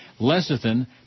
lecithin